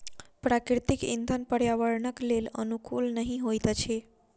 प्राकृतिक इंधन पर्यावरणक लेल अनुकूल नहि होइत अछि